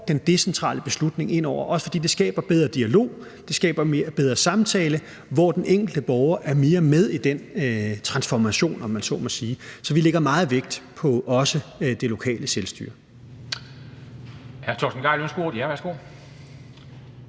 den decentrale beslutning ind over, også fordi det skaber bedre dialog, det skaber bedre samtale, hvor den enkelte borger er mere med i den transformation, om man så må sige. Så vi lægger meget vægt på også det lokale selvstyre.